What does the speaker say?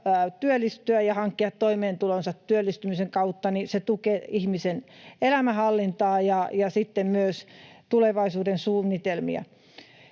työllistyä ja hankkia toimeentulonsa työllistymisen kautta, tukee ihmisen elämänhallintaa ja sitten myös tulevaisuudensuunnitelmia.